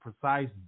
precise